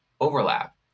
overlap